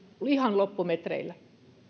ihan loppumetreillä